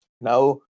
Now